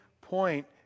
point